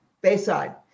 Bayside